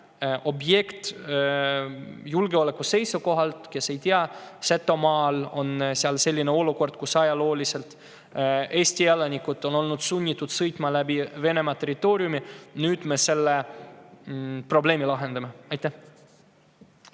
objekt julgeoleku seisukohalt. Kes ei tea, siis Setomaal on selline olukord, et ajalooliselt on Eesti elanikud olnud sunnitud sõitma läbi Venemaa territooriumi. Nüüd me selle probleemi lahendame. Aitäh!